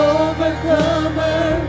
overcomer